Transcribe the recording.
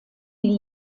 die